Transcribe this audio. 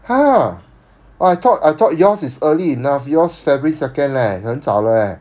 !huh! oh I thought I thought yours is early enough yours february second leh 很早了 eh